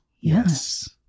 Yes